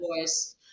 voice